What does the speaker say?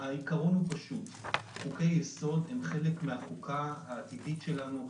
העיקרון הוא פשוט: חוקי-יסוד הם חלק מן החוקה העתידית שלנו,